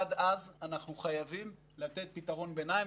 עד אז אנחנו חייבים לתת פתרון ביניים,